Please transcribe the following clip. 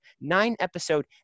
nine-episode